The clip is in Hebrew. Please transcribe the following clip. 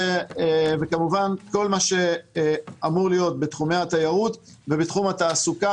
כמובן כל מה שאמור להיות בתחומי התיירות ובתחום התעסוקה,